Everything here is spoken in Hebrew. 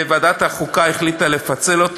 ועדת החוקה החליטה לפצל אותו.